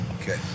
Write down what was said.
Okay